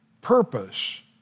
purpose